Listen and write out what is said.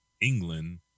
england